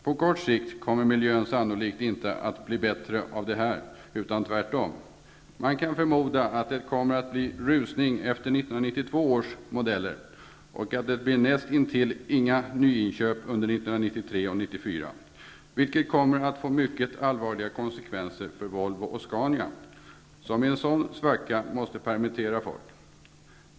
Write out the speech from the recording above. På kort sikt kommer miljön sannolikt inte att bli bättre av det här, tvärtom. Man kan förmoda att det kommer att bli rusning efter 1992 års modeller och att det nästintill inte blir några nyinköp under 1993 och 1994. Det kommer att få mycket allvarliga konsekvenser för Volvo och Scania, som i en sådan svacka måste permittera folk.